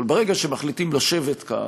אבל ברגע שמחליטים לשבת כאן,